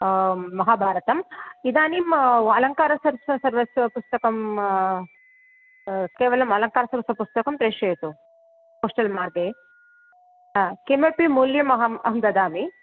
महाभारतं इदानीं अलङ्कार सर्वस्वपुस्तकम् केवलं अलङ्कारसर्वस्वपुस्तकं प्रेषयतु पोश्टल् मार्गे हं किमपि मुल्यं अहं अहं ददामि